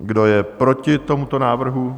Kdo je proti tomuto návrhu?